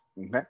Okay